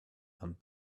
and